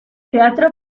teatro